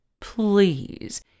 Please